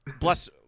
Bless